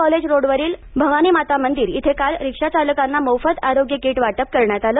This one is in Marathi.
कॉलेज रोड वरील भवानीमाता मंदिर इथे काल रिक्षाचालकांना मोफत आरोग्य किट वाटप करण्यात आले